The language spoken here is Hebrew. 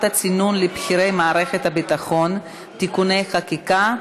הצינון לבכירי מערכת הביטחון (תיקוני חקיקה),